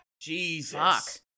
jesus